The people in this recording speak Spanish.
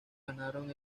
ganaron